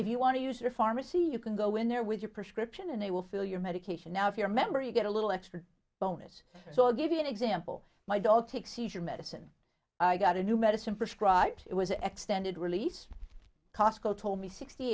if you want to use your pharmacy you can go in there with your prescription and they will fill your medication now if you're a member you get a little extra bonus so i'll give you an example my dog takes your medicine i got a new medicine prescribed it was a extended release costco told me sixty